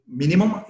minimum